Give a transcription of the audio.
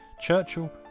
Churchill